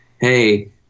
hey